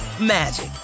magic